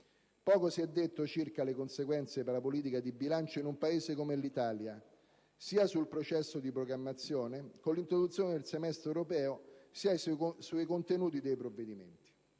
Poco si è detto circa le conseguenze per la politica di bilancio in un Paese come l'Italia, sia sul processo di programmazione con l'introduzione del semestre europeo, sia sui contenuti dei provvedimenti.